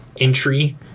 entry